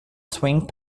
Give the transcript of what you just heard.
swing